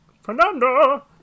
Fernando